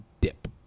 dip